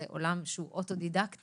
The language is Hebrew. זה עולם שהוא אוטודידקטי.